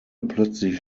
plötzlich